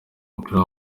w’umupira